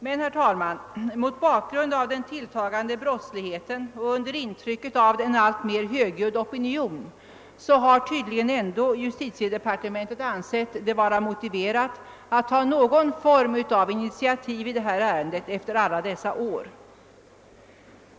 Men, herr talman, mot bakgrund av den tilltagande brottsligheten och under intrycket av en alltmer högljudd opinion har tydligen justitiedepartementet ändå ansett det vara motiverat att ta någon form av initiativ i detta ärende efter alla dessa år.